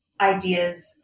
ideas